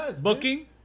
Booking